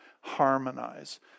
harmonize